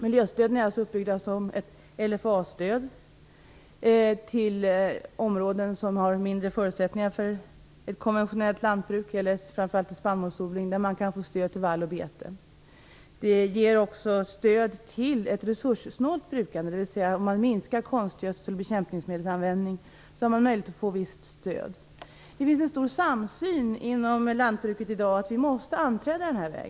Miljöstöden är alltså uppbyggda som ett LFA-stöd till områden som har mindre förutsättningar för ett konventionellt lantbruk, framför allt spannmålsodling. Där kan man få stöd till vall och bete. Det ger också stöd till ett resurssnålt brukande, dvs. om man minskar användningen av konstgödsel och bekämpningsmedel har man möjlighet att få ett visst stöd. Det finns en stor samsyn inom lantbruket i dag om att vi måste anträda den här vägen.